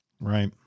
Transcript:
Right